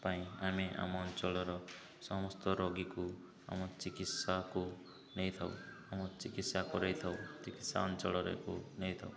ପାଇଁ ଆମେ ଆମ ଅଞ୍ଚଳର ସମସ୍ତ ରୋଗୀକୁ ଆମ ଚିକିତ୍ସାକୁ ନେଇଥାଉ ଆମ ଚିକିତ୍ସା କରେଇଥାଉ ଚିକିତ୍ସା ଅଞ୍ଚଳରେ ନେଇଥାଉ